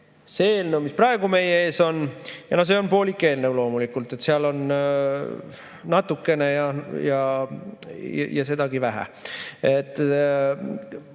see eelnõu, mis praegu meie ees on. No see on poolik eelnõu, loomulikult, seal on natukene ja sedagi vähe. Ma